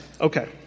Okay